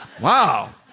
Wow